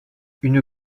une